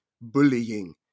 bullying